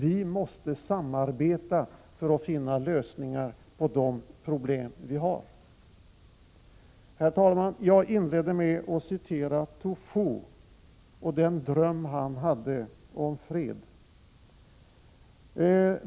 Vi måste samarbeta för att finna lösningar på de problem vi har. Herr talman! Jag inledde med att citera Tu Fu och den dröm han hade om fred.